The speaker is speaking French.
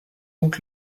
donc